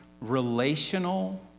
relational